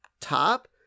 top